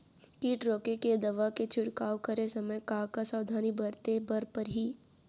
किट रोके के दवा के छिड़काव करे समय, का का सावधानी बरते बर परही?